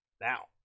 Now